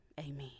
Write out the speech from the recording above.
amen